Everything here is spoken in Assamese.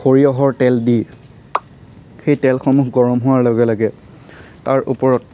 সৰিয়হৰ তেল দি সেই তেলসমূহ গৰম হোৱাৰ লগে লগে তাৰ ওপৰত